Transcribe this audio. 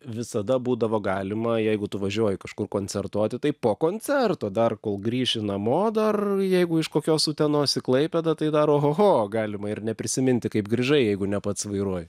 visada būdavo galima jeigu tu važiuoji kažkur koncertuoti tai po koncerto dar kol grįši namo dar jeigu iš kokios utenos į klaipėdą tai daro oho ho galima ir neprisiminti kaip grįžai jeigu ne pats vairuoju